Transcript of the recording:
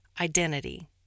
identity